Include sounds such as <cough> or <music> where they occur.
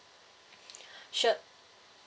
<breath> sure